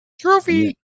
Trophy